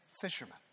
fishermen